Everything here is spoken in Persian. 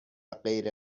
غیر